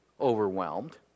overwhelmed